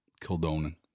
Kildonan